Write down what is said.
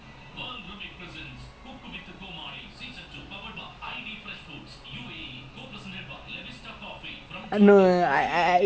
I mean we can just ditch him lah I guess because we going to the you know the buffet place the jurong east [one] err I don't know if you went last time is the japanese buffet lah